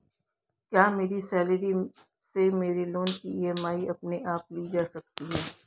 क्या मेरी सैलरी से मेरे लोंन की ई.एम.आई अपने आप ली जा सकती है?